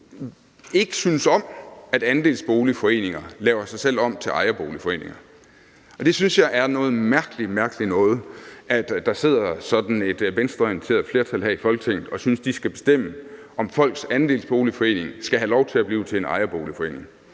ikke synes om, at andelsboligforeninger laver sig selv om til ejerboligforeninger. Jeg synes, det er noget mærkeligt, mærkeligt noget, at der sidder sådan et venstreorienteret flertal her i Folketinget, der synes, at de skal bestemme, om folks andelsboligforening skal have lov til at blive til en ejerboligforening.